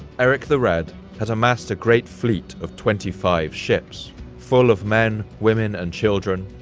erik the red had amassed a great fleet of twenty five ships full of men, women, and children,